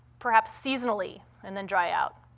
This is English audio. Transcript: perhaps, seasonally and then dry out?